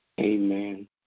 Amen